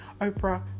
Oprah